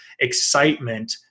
excitement